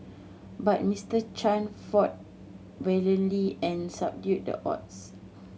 but Mister Chan fought valiantly and subdued the odds